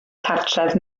cartref